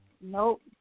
Nope